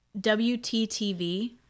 WTTV